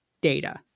data